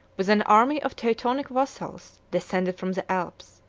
with an army of teutonic vassals, descended from the alps.